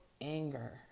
anger